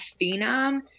phenom